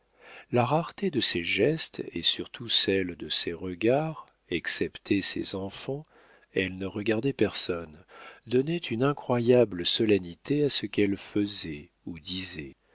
la rareté de ses gestes et surtout celle de ses regards excepté ses enfants elle ne regardait personne donnait une incroyable solennité à ce qu'elle faisait ou disait